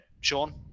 Sean